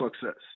success